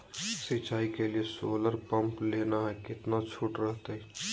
सिंचाई के लिए सोलर पंप लेना है कितना छुट रहतैय?